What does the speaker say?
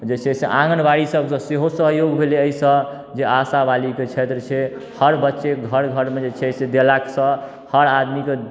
जे छै से आँगनबाड़ी सबसँ सेहो सहयोग भेलै अइसँ जे आशावाली के क्षेत्र छै हर बच्चे घर घरमे जे छै से देलासँ हर आदमीके